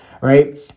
right